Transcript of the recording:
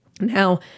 Now